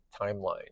timeline